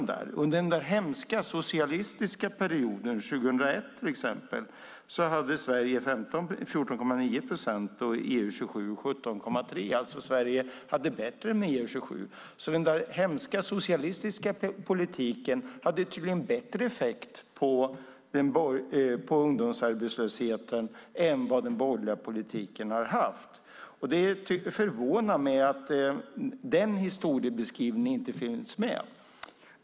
År 2001, under den hemska socialistiska perioden, hade Sverige 14,9 procent och EU 27 17,3. Sverige hade alltså bättre siffror än EU 27. Den hemska socialistiska politiken hade tydligen bättre effekt på ungdomsarbetslösheten än vad den borgerliga har haft. Det förvånar mig att denna historiebeskrivning inte finns med.